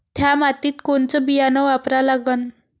थ्या मातीत कोनचं बियानं वापरा लागन?